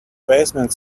basement